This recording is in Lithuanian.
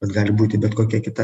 bet gali būti bet kokia kita